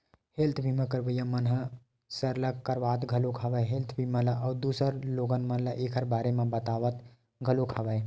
health बीमा करवइया मन ह सरलग करवात घलोक हवय हेल्थ बीमा ल अउ दूसर लोगन मन ल ऐखर बारे म बतावत घलोक हवय